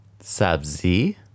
Sabzi